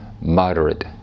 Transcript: moderate